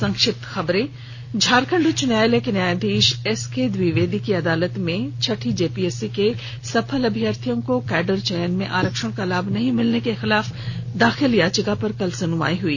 संक्षिप्त खबरें झारखंड उच्च न्यायालय के न्यायाधीश एसके द्विवेदी की अदालत में छठी जेपीएससी के सफल अभ्यर्थियों को कैंडर चयन में आरक्षण का लाभ नहीं मिलने के खिलाफ दाखिल याचिका पर कल सुनवाई हुई